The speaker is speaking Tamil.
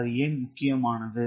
அது ஏன் முக்கியமானது